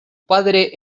padre